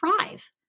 thrive